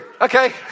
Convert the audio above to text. Okay